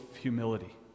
humility